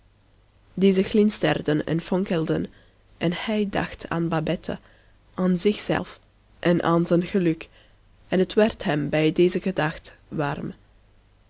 deze glinsterden en fonkelden en hij dacht aan babette aan zich zelf en aan zijn geluk en het werd hem bij deze gedachte warm